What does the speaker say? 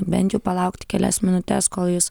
bent jau palaukti kelias minutes kol jis